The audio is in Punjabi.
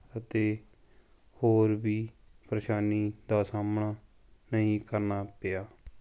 ਅਤੇ ਹੋਰ ਵੀ ਪਰੇਸ਼ਾਨੀ ਦਾ ਸਾਹਮਣਾ ਨਹੀਂ ਕਰਨਾ ਪਿਆ